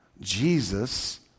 Jesus